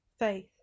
Faith